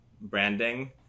branding